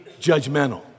judgmental